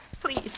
Please